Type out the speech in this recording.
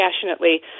passionately